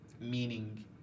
meaning